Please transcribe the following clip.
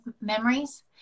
memories